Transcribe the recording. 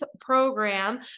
program